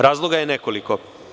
Razloga je nekoliko.